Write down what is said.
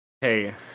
Hey